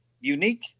unique